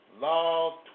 law